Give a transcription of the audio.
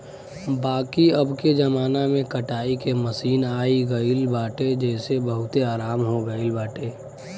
बाकी अबके जमाना में कटाई के मशीन आई गईल बाटे जेसे बहुते आराम हो गईल बाटे